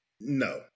No